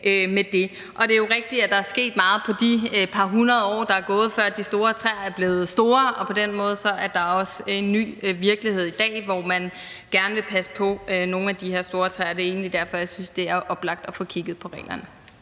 Det er jo rigtigt, at der er sket meget på de par hundrede år, der er gået, mens træerne er blevet store, og på den måde er der også en ny virkelighed i dag, hvor man gerne vil passe på nogle af de her store træer, og det er egentlig derfor, jeg synes, det er oplagt at få kigget på reglerne.